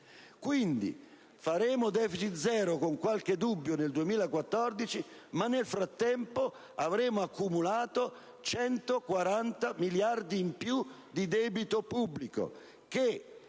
Quindi faremo deficit zero, con qualche dubbio, nel 2014, ma nel frattempo avremo accumulato 140 miliardi in più di debito pubblico che,